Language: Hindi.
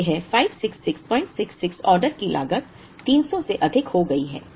अब यह 56666 ऑर्डर की लागत 300 से अधिक हो गई है